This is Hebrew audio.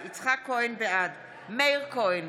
בעד מאיר כהן,